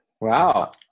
Wow